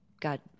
god